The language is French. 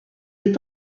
est